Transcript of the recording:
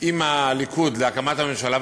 עם הליכוד להקמת הממשלה,